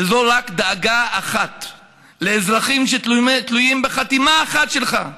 וזאת רק דאגה אחת לאזרחים שתלויים בחתימה אחת שלך,